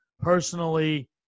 personally